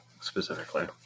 specifically